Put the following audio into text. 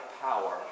power